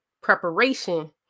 preparation